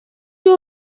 you